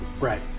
Right